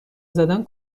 زدن